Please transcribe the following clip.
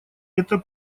это